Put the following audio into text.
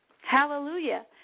Hallelujah